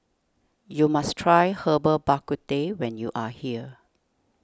you must try Herbal Bak Ku Teh when you are here